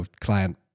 client